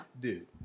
dude